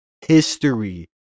history